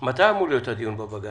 מתי אמור להיות הדיון בבג"ץ?